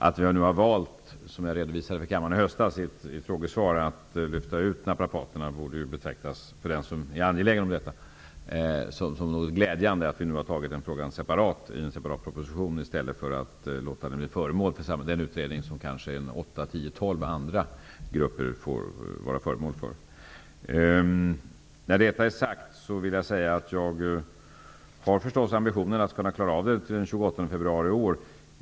Att jag har valt att, som jag redovisade för kammaren i höstas vid en frågedebatt, lyfta ut frågan om naprapaternas legitimering för behandling i en separat proposition, i stället för att låta frågan bli föremål för den utredning som kanske åtta, tio eller tolv andra grupper blir föremål för, borde betraktas som något glädjande för den som är angelägen om detta. Jag har ambitionen att klara av det arbetet till den 28 februari i år.